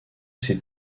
ces